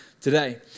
today